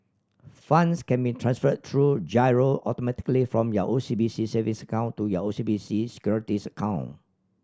funds can be transferred through giro automatically from your O C B C savings account to your O C B C Securities account